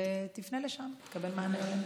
תפנה לשם ותקבל מענה.